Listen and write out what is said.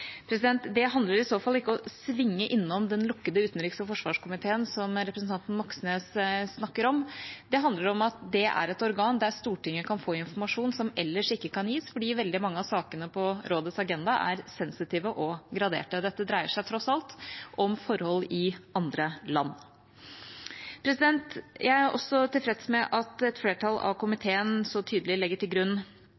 Det handler i så fall ikke om å «svinge innom den lukkede utenriks- og forsvarskomiteen», som representanten Moxnes snakker om. Det handler om at det er et organ der Stortinget kan få informasjon som ellers ikke kan gis, fordi veldig mange av sakene på rådets agenda er sensitive og graderte. Dette dreier seg tross alt om forhold i andre land. Jeg er også tilfreds med at et flertall av